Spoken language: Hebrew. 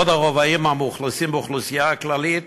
בעוד הרבעים המאוכלסים באוכלוסייה הכללית